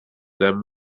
them